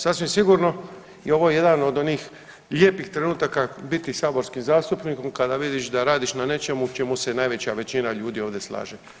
Sasvim sigurno i ovo je jedan od onih lijepih trenutak biti saborski zastupnik kada vidiš da radiš na nečemu čemu se najveća većina ljudi ovdje slaže.